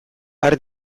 har